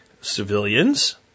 civilians